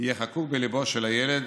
יהיה חקוק בליבו של הילד